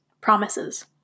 promises